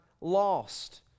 lost